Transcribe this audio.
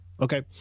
Okay